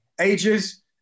ages